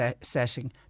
setting